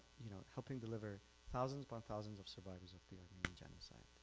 you know helping deliver thousands upon thousands of survivors of the genocide.